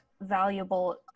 valuable